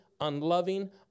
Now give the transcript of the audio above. unloving